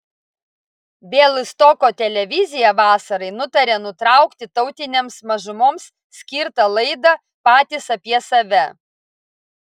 bialystoko televizija vasarai nutarė nutraukti tautinėms mažumoms skirtą laidą patys apie save